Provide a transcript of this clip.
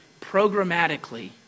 programmatically